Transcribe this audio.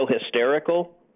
hysterical